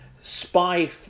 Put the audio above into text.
spy